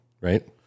right